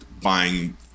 buying